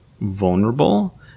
vulnerable